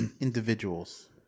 individuals